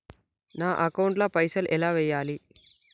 నా అకౌంట్ ల పైసల్ ఎలా వేయాలి?